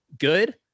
good